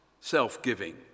self-giving